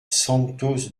santos